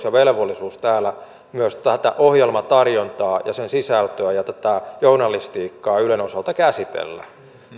ja velvollisuus täällä myös tätä ohjelmatarjontaa sen sisältöä ja tätä journalistiikkaa ylen osalta käsitellä